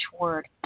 word